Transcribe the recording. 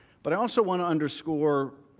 but i also want to underscore